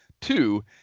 two